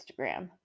Instagram